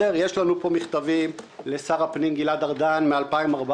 יש לנו פה מכתבים לשר הפנים לשעבר גלעד ארדן מ-2014,